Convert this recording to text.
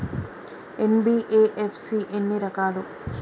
NBFC ఎన్ని రకాలు?